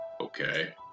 Okay